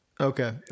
Okay